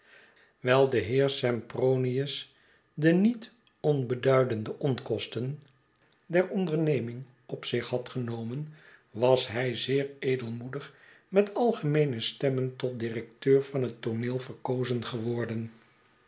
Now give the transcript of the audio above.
wijl de heer sempronius de niet onbeduidende onkostender onderneming op zich had genomen was hij zeer edelmoedig met algemeene stemmen tot directeur van het tooneel verkozen geworden